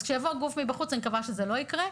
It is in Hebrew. כשיבוא גוף מבחוץ אני מקווה שזה לא יקרה.